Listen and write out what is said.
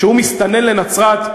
שהוא מסתנן לנצרת,